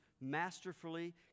masterfully